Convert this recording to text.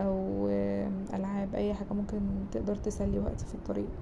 أو ألعاب اي حاجة ممكن تقدر تسلي وقتي في الطريق.